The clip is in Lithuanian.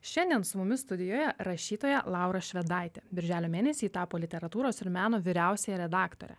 šiandien su mumis studijoje rašytoja laura švedaitė birželio mėnesį ji tapo literatūros ir meno vyriausiąja redaktore